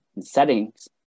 settings